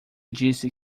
disse